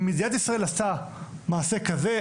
אם מדינת ישראל עשתה מעשה כזה,